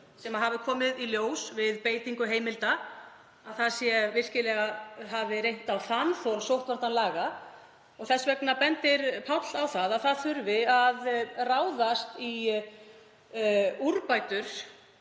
sem hafi komið í ljós við beitingu heimilda að það hafi virkilega reynt á þanþol laganna. Þess vegna bendir Páll á að það þurfi að ráðast í úrbætur